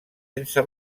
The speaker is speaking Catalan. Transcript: sense